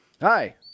Hi